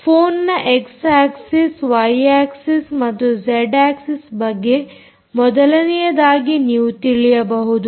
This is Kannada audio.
ಫೋನ್ನ ಎಕ್ಸ್ ಆಕ್ಸಿಸ್ ವೈ ಆಕ್ಸಿಸ್ ಮತ್ತು ಜೆಡ್ ಆಕ್ಸಿಸ್ ಬಗ್ಗೆ ಮೊದಲನೆಯದಾಗಿ ನೀವು ತಿಳಿಯಬಹುದು